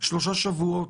שלושה שבועות,